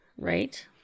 right